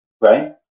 Right